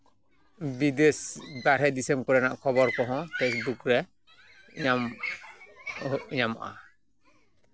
ᱵᱤᱫᱮᱥ ᱵᱟᱨᱦᱮ ᱫᱤᱥᱚᱢ ᱠᱚᱨᱮᱱᱟᱜ ᱠᱷᱚᱵᱚᱨ ᱠᱚᱦᱚᱸ ᱯᱷᱮᱥᱵᱩᱠ ᱨᱮ ᱧᱟᱢ ᱧᱟᱢᱚᱜᱼᱟ